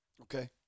okay